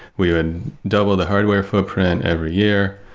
we would double the hardware footprint every year.